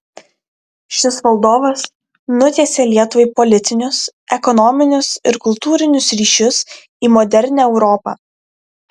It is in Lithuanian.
šis valdovas nutiesė lietuvai politinius ekonominius ir kultūrinius ryšius į modernią europą